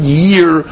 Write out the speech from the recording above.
year